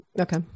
Okay